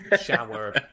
shower